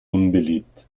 unbeliebt